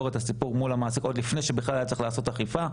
את הסיפור מול המעסיק עוד לפני שבכלל היה צריך לעשות אכיפה,